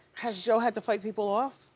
has joe had to fight people off?